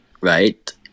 right